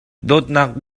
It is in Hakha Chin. dawtnak